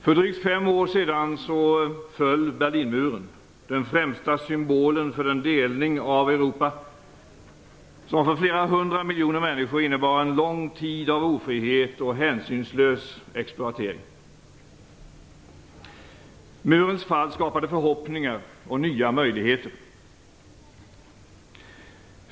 För drygt fem år sedan föll Berlinmuren - den främsta symbolen för den delning av Europa som för flera hundra miljoner människor innebar en lång tid av ofrihet och hänsynslös exploatering. Murens fall skapade förhoppningar och nya möjligheter.